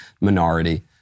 minority